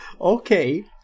Okay